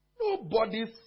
Nobody's